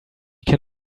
can